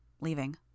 leaving